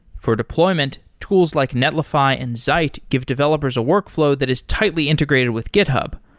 for deployment, tools like netlify and zeit give developers a workflow that is tightly integrated with github.